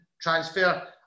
transfer